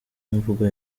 imvugo